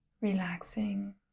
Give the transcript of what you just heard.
relaxing